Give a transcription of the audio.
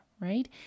right